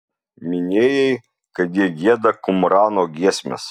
minėjai kad jie gieda kumrano giesmes